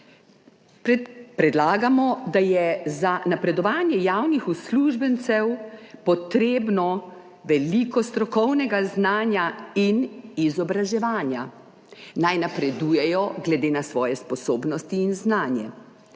Predlagamo, da je za napredovanje javnih uslužbencev potrebno veliko strokovnega znanja in izobraževanja. Naj napredujejo glede na svoje sposobnosti in znanje.